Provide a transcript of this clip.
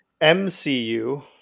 MCU